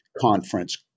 conference